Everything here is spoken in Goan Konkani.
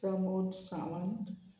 प्रमोद सावंत